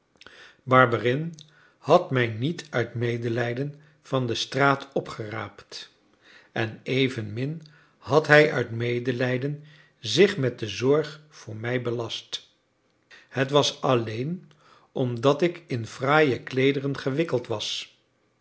barberin had mij niet uit medelijden van de straat opgeraapt en evenmin had hij uit medelijden zich met de zorg voor mij belast het was alleen omdat ik in fraaie kleederen gewikkeld was